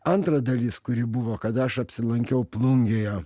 antra dalis kuri buvo kada aš apsilankiau plungėje